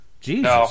Jesus